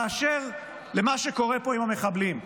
באשר למה שקורה פה עם מחבלים,